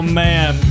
man